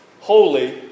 holy